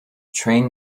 train